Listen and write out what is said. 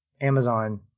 Amazon